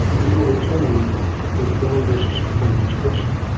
being overturned with brown vs. board of education.